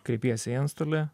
kreipiesi į antstolį